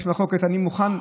יש מחלוקת, אני מוכן,